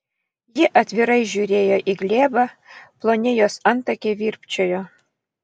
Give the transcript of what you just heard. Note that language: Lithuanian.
ji atvirai žiūrėjo į glėbą ploni jos antakiai virpčiojo